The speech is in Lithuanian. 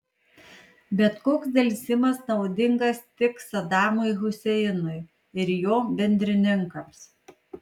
bet koks delsimas naudingas tik sadamui huseinui ir jo bendrininkams